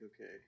okay